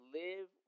live